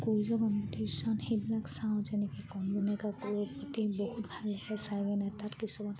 কুইজৰ competition সেইবিলাক চাওঁ যেনেকৈ কৌন বানেগা কৰ'ৰপতি বহুত ভাল লাগে চাই মানে তাত কিছুমান